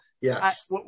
yes